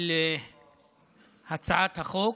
על הצעת החוק,